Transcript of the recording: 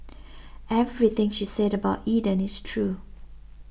everything she said about Eden is true